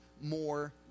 more